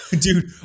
Dude